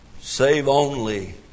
save-only